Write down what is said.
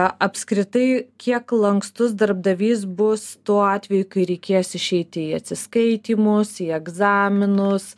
apskritai kiek lankstus darbdavys bus tuo atveju kai reikės išeiti į atsiskaitymus į egzaminus